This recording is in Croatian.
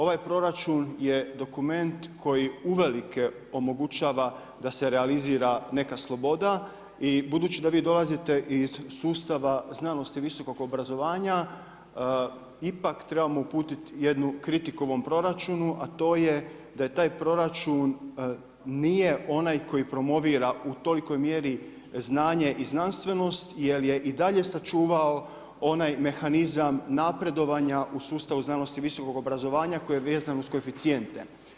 Ovaj proračun je dokument koji uvelike omogućava da se realizira neka sloboda i budući da vi dolazite iz sustava znanosti i visokog obrazovanja, ipak trebamo uputiti jednu kritiku ovom proračunu, a to je da taj proračun nije onaj koji promovira u tolikoj mjeri znanje i znanstvenost jel je i dalje sačuvao onaj mehanizam napredovanja u sustavu znanosti i visokog obrazovanja koji je vezan uz koeficijente.